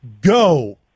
go